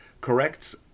correct